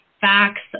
facts